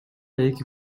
эки